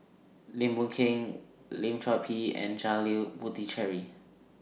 Lim Boon Keng Lim Chor Pee and Janil Puthucheary